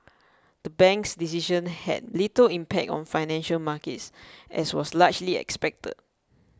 the bank's decision had little impact on financial markets as was largely expected